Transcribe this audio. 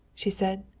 she said.